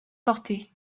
portée